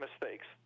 mistakes